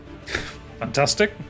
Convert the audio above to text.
Fantastic